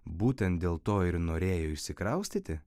būtent dėl to ir norėjo išsikraustyti